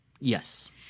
Yes